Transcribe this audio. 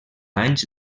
anys